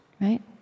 Right